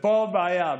פה הבעיה.